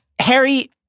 Harry